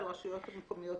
ועל הרשויות המקומיות,